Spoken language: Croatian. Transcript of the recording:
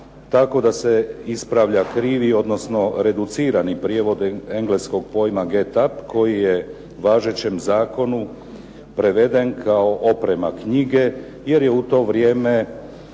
tako da se ispravlja krivi odnosno reducirani prijevod engleskog pojma "get up" koji je u važećem zakonu preveden kao oprema knjige, jer je u to vrijeme